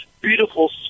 beautiful